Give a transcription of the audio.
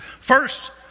First